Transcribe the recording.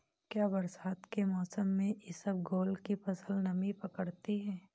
क्या बरसात के मौसम में इसबगोल की फसल नमी पकड़ती है?